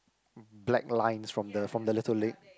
black lines from the from the little lake